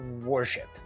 worship